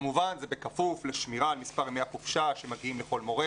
כמובן זה בכפוף לשמירה על מספר ימי החופשה שמגיעים לכל מורה.